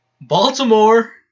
Baltimore